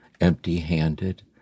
empty-handed